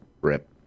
Rip